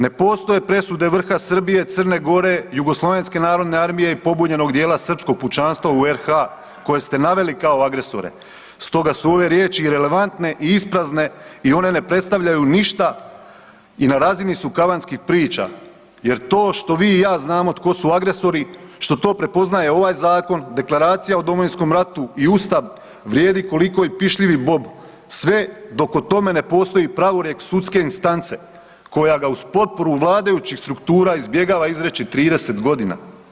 Ne postoje presude vrha Srbije, Crne Gore, JNA i pobunjenog dijela srpskog pučanstva u RH koje ste naveli kao agresore stoga su ove riječi irelevantne i isprazne i one ne predstavljaju ništa i na razini su kavanskih priča jer to što vi i ja znamo tko su agresori, što to prepoznaje ovaj zakon, Deklaracija o Domovinskom ratu i Ustav vrijedi koliko i pišljivi bob sve dok o tome ne postoji pravorijek sudske instance koja ga uz potporu vladajućih struktura izbjegava izreći 30 godina.